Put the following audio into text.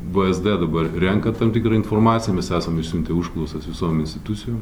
vsd dabar renka tam tikrą informaciją mes esam išsiuntę užklausas visom institucijom